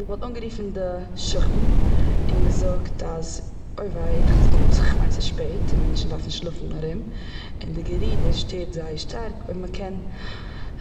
איך וואלט אנגערופן די שכן. און געזאגט אז, אוי ווי איך מיין ס'איז שפעט און מענטשן דארפן שלאפן ארום. און די גערודער שטערט זייער שטארק אויב מ'קען